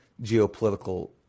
geopolitical